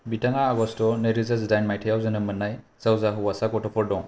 बिथांङा आगष्ट नैरोजा जिदाइन मायथायाव जोनोम मोन्नाय जावजा हौवासा गथ'फोर दं